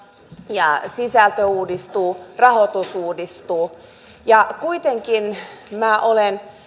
ja sisältö uudistuu rahoitus uudistuu kuitenkin kun minä olen